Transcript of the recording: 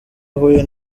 ahuye